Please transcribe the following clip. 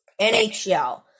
NHL